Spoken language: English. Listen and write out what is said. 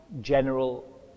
general